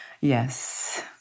Yes